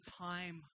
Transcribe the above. time